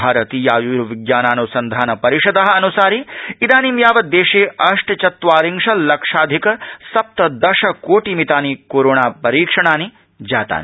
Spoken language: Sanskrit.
भारतीयायूर्विज्ञानान् सन्धान परिष अन्सारि इथानीं यावत् प्रेशे अष् चत्वारिंश ल्लक्षाधिक सप्र श कोटि मितानि कोरोणा परीक्षणानि जातानि